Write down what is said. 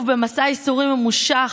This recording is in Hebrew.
במסע ייסורים ממושך,